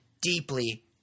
deeply